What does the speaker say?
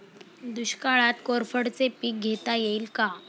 दुष्काळात कोरफडचे पीक घेता येईल का?